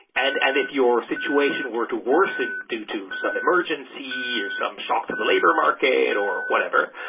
and and if your situation were to worsen due to some emergency or some shock to the labour market or whatever,